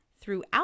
throughout